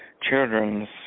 children's